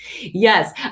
Yes